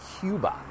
Cuba